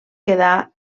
quedar